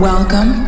Welcome